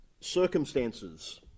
circumstances